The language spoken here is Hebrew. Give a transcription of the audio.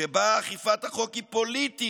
שבה אכיפת החוק היא פוליטית,